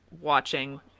watching